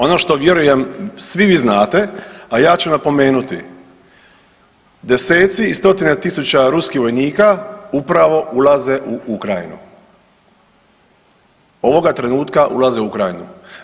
Ono što vjerujem svi vi znate, a ja ću napomenuti deseci i stotine tisuća ruskih vojnika upravo ulaze u Ukrajinu, ovoga trenutka ulaze u Ukrajinu.